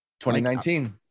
2019